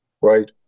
right